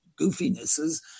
goofinesses